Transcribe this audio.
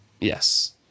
Yes